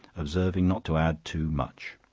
observing not to add too much.